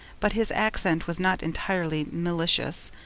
but his accent was not entirely malicious.